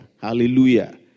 Hallelujah